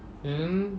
then